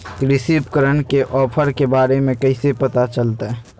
कृषि उपकरण के ऑफर के बारे में कैसे पता चलतय?